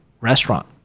restaurant